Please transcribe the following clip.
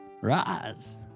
Rise